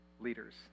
leaders